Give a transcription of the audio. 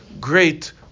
great